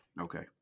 Okay